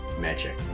magic